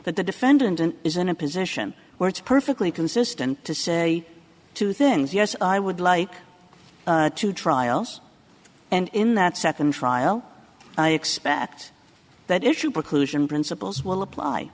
that the defendant is in a position where it's perfectly consistent to say two things yes i would like to trials and in that second trial i expect that issue preclusion principles will apply